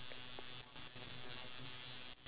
do you think if we